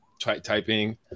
typing